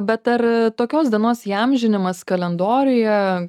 bet ar tokios dienos įamžinimas kalendoriuje